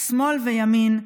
שמאל לימין.